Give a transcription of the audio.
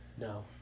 No